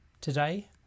today